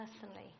personally